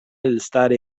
elstara